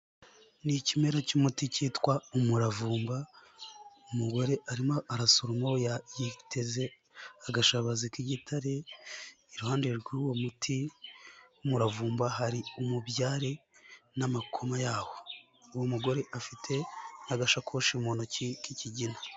Ni ikimera cy'umuti kitwa umuravumba. Umugore arimo arasoroma yiteze agashabozi k'igitare. Iruhande rw'uwo muti w'umuravumba hari umubyare n'amakoma yaho. Uwo mugore afite agasakoshi mu ntoki k'ikigina.